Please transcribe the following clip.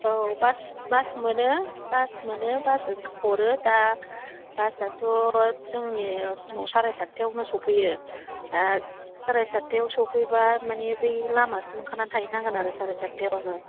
औ बास बास मोनो बास हरो दा बासआथ' जोंनिसिमाव साराय साठथायावनो सफैयो दा साराय साठथायाव सफैब्ला मानि बै लामासिम ओंखारनान थाहैनांगोन आरो साराय साठथायावनो